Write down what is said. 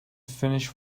finish